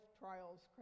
trials